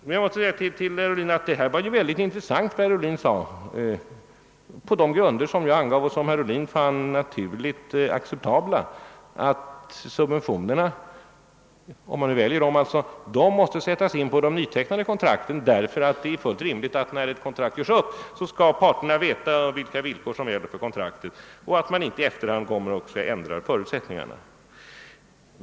Det var mycket intressant när herr Ohlin sade att de selektiva subventionerna, om man nu väljer dem — på de grunder jag angav och som herr Ohlin fann acceptabla — måste sättas in på de nytecknade kontrakten. Det är ju rimligt att parterna, när ett kontrakt upprättas, skall veta vilka villkor som gäller så att man inte i efterhand ändrar förutsättningarna.